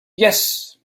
yes